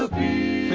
the